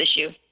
issue